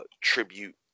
tribute